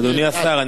אדוני השר,